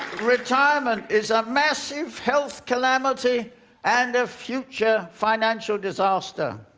retirement is ah a massive health calamity and a future financial disaster.